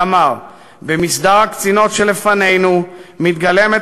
ואמר: "במסדר הקצינות שלפנינו מתגלמת